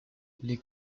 les